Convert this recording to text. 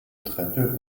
treppe